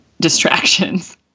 distractions